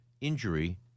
injury